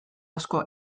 asko